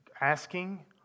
asking